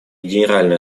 генеральной